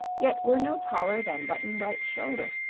yet were no taller than button-bright's shoulder.